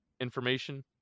information